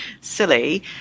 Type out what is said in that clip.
Silly